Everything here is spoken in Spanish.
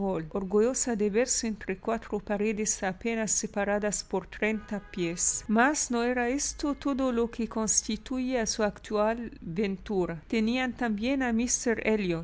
de verse entre cuatro paredes apenas separadas por treinta piesl mas no era esto todo lo que constituía su actual ventura tenían también a